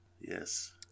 Yes